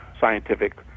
scientific